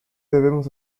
debemos